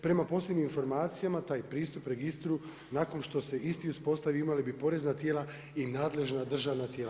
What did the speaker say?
Prema posljednjim informacijama taj pristup registru nakon što se isti uspostavi imala bi porezna tijela i nadležna državna tijela.